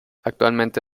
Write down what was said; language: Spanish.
actualmente